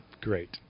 great